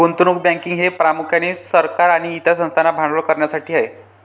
गुंतवणूक बँकिंग हे प्रामुख्याने सरकार आणि इतर संस्थांना भांडवल करण्यासाठी आहे